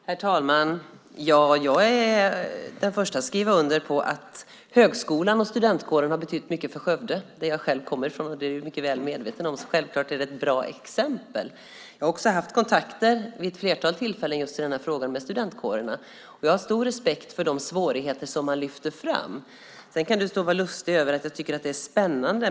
Herr talman! Jag är den första att skriva under på att högskolan och studentkåren har betytt mycket för Skövde, varifrån jag själv kommer, vilket Mikael Damberg är mycket väl medveten om. Självklart är det ett bra exempel. Jag har också vid ett flertal tillfällen haft kontakter i just denna fråga med studentkårerna. Jag har stor respekt för de svårigheter som man lyfter fram. Sedan kan du stå och vara lustig över att jag tycker att det är spännande.